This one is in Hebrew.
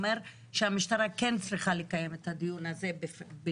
אומר שהמשטרה כן צריכה לקיים את הדיון הזה בתוכה.